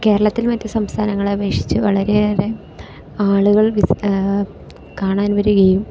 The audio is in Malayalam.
കേരളത്തിൽ മറ്റ് സംസ്ഥാനങ്ങളെ അപേക്ഷിച്ച് വളരെയേറെ ആളുകൾ കാണാൻ വരികയും